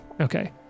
okay